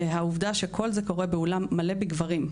והעובדה שכל זה קורה באולם מלא בגברים,